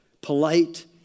Polite